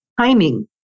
timing